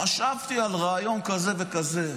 חשבתי על רעיון כזה וכזה.